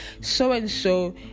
so-and-so